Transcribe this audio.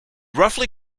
roughly